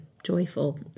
joyful